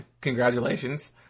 congratulations